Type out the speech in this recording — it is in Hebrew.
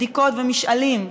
בדיקות ומשאלים,